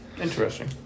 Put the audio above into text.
interesting